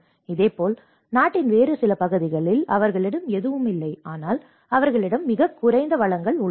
இதேபோல் நாட்டின் வேறு சில பகுதிகளில் அவர்களிடம் எதுவும் இல்லை ஆனால் அவர்களிடம் மிகக் குறைந்த வளங்கள் உள்ளன